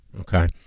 okay